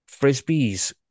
frisbees